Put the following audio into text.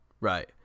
Right